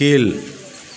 கீழ்